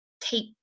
take